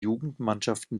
jugendmannschaften